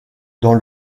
dans